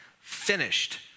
finished